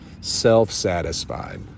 self-satisfied